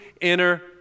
inner